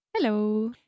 Hello